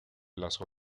las